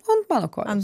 ant mano kojos